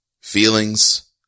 Feelings